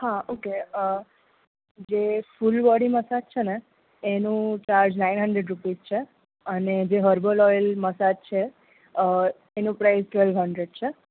હા ઓકે જે full body massage છે ને એનું ચાર્જ નાઇન હન્ડરેડ રૂપીસ છે અને જે હર્બલ ઓઇલ મસાજ છે એનો પ્રાઇઝ ટવેલ હન્ડરેડ છે